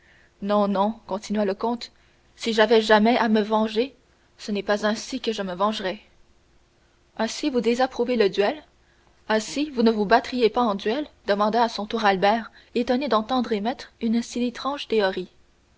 non non continua le comte si j'avais jamais à me venger ce n'est pas ainsi que je me vengerais ainsi vous désapprouvez le duel ainsi vous ne vous battriez pas en duel demanda à son tour albert étonné d'entendre émettre une si étrange